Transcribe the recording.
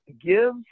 give